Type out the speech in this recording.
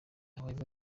however